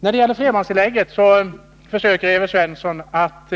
När det gäller flerbarnstillägget försöker Evert Svensson att